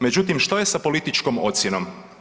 Međutim, što je sa političkom ocjenom?